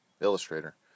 Illustrator